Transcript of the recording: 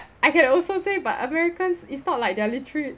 I can also say but americans it's not like they're literally